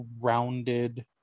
rounded